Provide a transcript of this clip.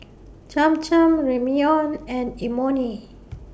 Cham Cham Ramyeon and Imoni